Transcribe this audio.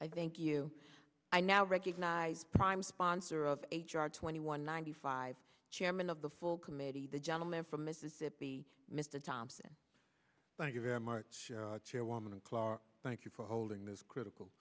i thank you i now recognize prime sponsor of h r twenty one ninety five chairman of the full committee the gentleman from mississippi mr thompson thank you very much chairwoman and clarke thank you for holding this critical